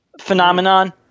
phenomenon